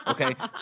Okay